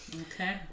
okay